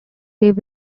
tape